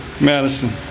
Madison